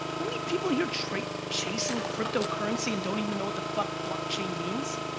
how many people your trait chasing cryptocurrency and don't even know what the fuck blockchain means